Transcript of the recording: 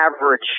average